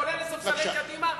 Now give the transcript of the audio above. כולל לספסלי קדימה,